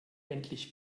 endlich